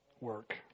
work